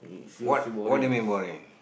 what what do you mean boy